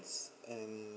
and